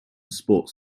sport